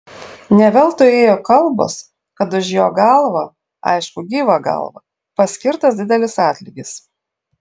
ne veltui ėjo kalbos kad už jo galvą aišku gyvą galvą paskirtas didelis atlygis